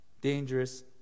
dangerous